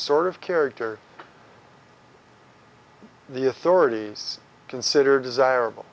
sort of character the authorities consider desirable